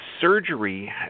surgery